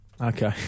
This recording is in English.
Okay